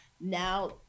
Now